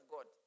God